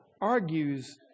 argues